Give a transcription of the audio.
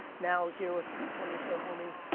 now, here with twenty or so homies.